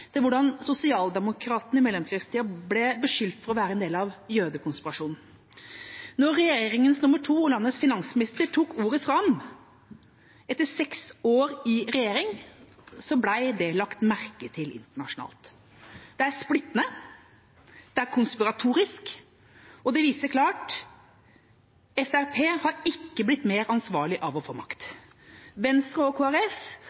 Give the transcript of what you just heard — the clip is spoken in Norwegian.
til hvordan sosialdemokratene i mellomkrigstida ble beskyldt for å være en del av jødekonspirasjonen. Da regjeringas nr. 2 og landets finansminister tok ordet fram etter seks år i regjering, ble det lagt merke til internasjonalt. Det er splittende, det er konspiratorisk, og det viser klart at Fremskrittspartiet ikke har blitt mer ansvarlig av å få makt. Venstre og